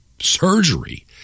surgery